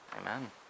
Amen